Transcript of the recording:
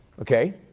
Okay